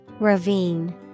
Ravine